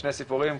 שני סיפורים,